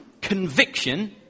conviction